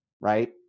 right